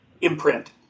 imprint